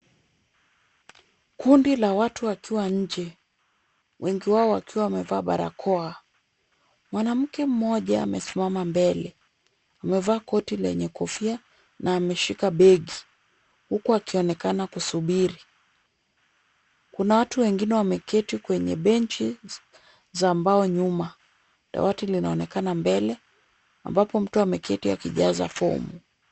Kundi la watu wakiwa nje wengi wao wakiwa wamevaa barakoa. Mwanamke mmoja amesimama mbele. Amevaa koti lenye kofia na ameshika begi huku akionekana kusubiri. Kuna watu wengine wameketi kwenye benchi za mbao nyuma. Dawati linaonekana mbele ambapo mtu ameketi akijaza fomu.